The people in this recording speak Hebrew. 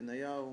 בניהו,